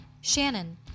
Shannon